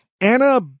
Anna